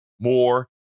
more